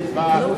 בן,